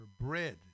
bread